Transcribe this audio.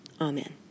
Amen